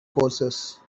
courses